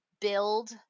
build